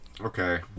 okay